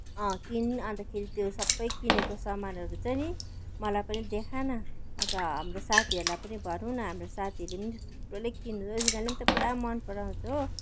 किन अन्तखेरि त्यो सबै किनेको सामानहरू चाहिँ नि मलाई पनि देखा न अन्त हाम्रो साथीहरूलाई पनि भनौँ न हाम्रो साथीले पनि थुप्रोले किनेर तिनीहरूले पनि त पुरा मनपराउँछ हो